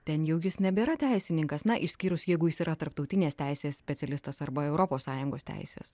ten jau jis nebėra teisininkas na išskyrus jeigu jis yra tarptautinės teisės specialistas arba europos sąjungos teisės